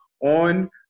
on